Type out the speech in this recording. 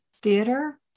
theater